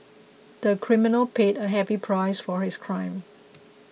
the criminal paid a heavy price for his crime